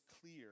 clear